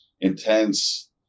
intense